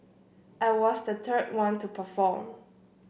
I was the third one to perform